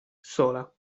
sola